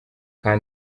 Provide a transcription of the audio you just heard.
nka